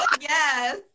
Yes